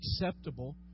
acceptable